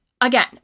Again